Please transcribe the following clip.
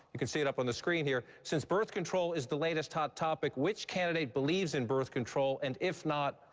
you can see it up on the screen here. since birth control is the latest hot topic, which candidate believes in birth control, and if not,